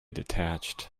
detached